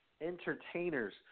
Entertainers